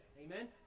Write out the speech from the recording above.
Amen